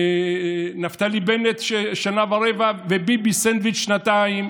נפתלי בנט שנה ורבע, וביבי, סנדוויץ', שנתיים.